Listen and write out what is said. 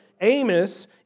Amos